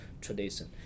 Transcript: tradition